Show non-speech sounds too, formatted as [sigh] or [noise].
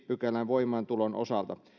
[unintelligible] pykälän voimaantulon osalta